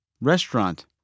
restaurant